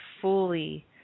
fully